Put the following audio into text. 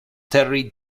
terry